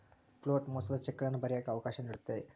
float ಮೋಸದ ಚೆಕ್ಗಳನ್ನ ಬರಿಯಕ್ಕ ಅವಕಾಶ ನೀಡುತ್ತೆ